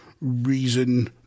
reason